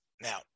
Now